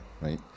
right